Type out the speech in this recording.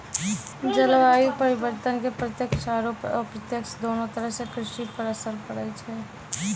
जलवायु परिवर्तन के प्रत्यक्ष आरो अप्रत्यक्ष दोनों तरह सॅ कृषि पर असर पड़ै छै